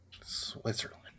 Switzerland